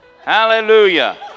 Hallelujah